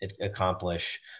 accomplish